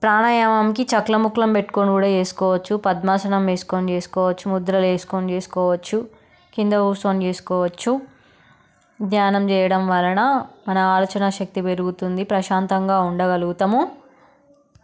ప్రాణాయామంకి సక్లం ముక్లం పెట్టుకొని కూడా చేసుకోవచ్చు పద్మాసనం వేసుకొని చేసుకోవచ్చు ముద్రలు వేసుకొని చేసుకోవచ్చు కింద కూర్చొని చేసుకోవచ్చు ధ్యానం చేయడం వలన మన ఆలోచనా శక్తి పెరుగుతుంది ప్రశాంతంగా ఉండగలుగుతాము